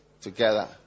together